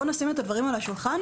בואו נשים את הדברים על השולחן,